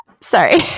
Sorry